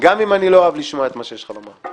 -- גם אם אני לא אוהב לשמוע את מה שיש לך לומר.